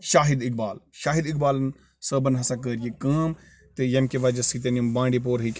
شاہِد اقبال شاہِد اقبالَن صٲبَن ہسا کٔر یہِ کٲم تہٕ ییٚمہِ کہِ وجہ سۭتۍ یِم بانٛڈی پوراہٕکۍ